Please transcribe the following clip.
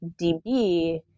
DB